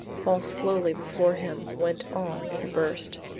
fall slowly before him, went on with a burst,